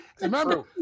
Remember